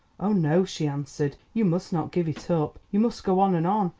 oh, no, she answered, you must not give it up you must go on and on.